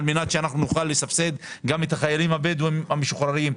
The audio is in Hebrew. על מנת שנוכל לסבסד גם את החיילים הבדואים המשוחררים,